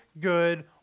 good